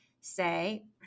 say